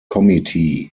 committee